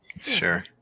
Sure